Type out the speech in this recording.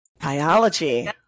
biology